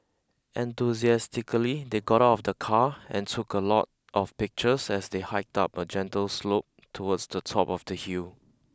enthusiastically they got out of the car and took a lot of pictures as they hiked up a gentle slope towards the top of the hill